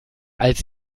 als